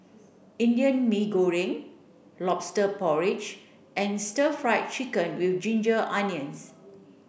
Indian Mee Goreng lobster porridge and stir fried chicken with ginger onions